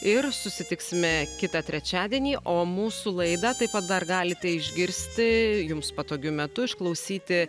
ir susitiksime kitą trečiadienį o mūsų laidą taip pat dar galite išgirsti jums patogiu metu išklausyti